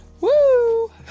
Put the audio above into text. Woo